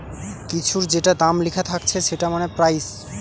কিছুর যেটা দাম লিখা থাকছে সেটা মানে প্রাইস